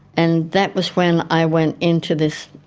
and that was when i went into this,